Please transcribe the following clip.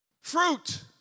Fruit